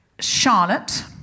Charlotte